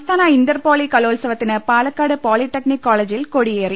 സംസ്ഥാന inter poly കലോത്സവത്തിന് Palakkad polytechnic കോളേജിൽ കൊടിയേറി